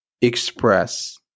express